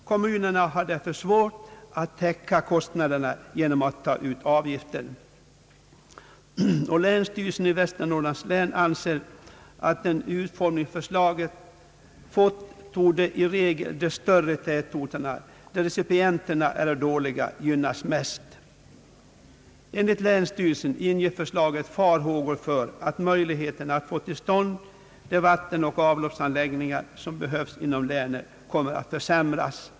Kommunerna har där svårt att täcka kostnaderna genom att ta ut avgifter. Länsstyrelsen i Västernorrlands län anser att den utformning förslaget fått medför att de större tätorterna där »recipienterna» är dåliga i regel torde gynnas mest. Enligt länsstyrelsen inger förslaget farhågor för att möjligheten att få till stånd de vattenoch avloppsanläggningar, som behövs inom länet, försämras.